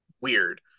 weird